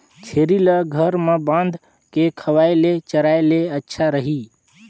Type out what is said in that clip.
छेरी ल घर म बांध के खवाय ले चराय ले अच्छा रही?